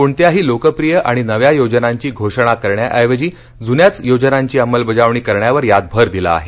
कोणत्याही लोकप्रिय आणि नव्या योजनांची घोषणा करण्याऐवजी जून्याच योजनांची अंमलबजावणी करण्यावर यात भर दिला आहे